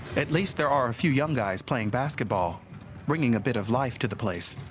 at least there are a few young guys playing basketball bringing a bit of life to the place.